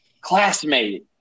classmate